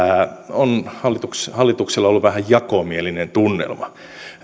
on hallituksella ollut vähän jakomielinen tunnelma